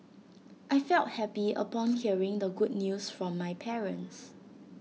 I felt happy upon hearing the good news from my parents